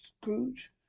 Scrooge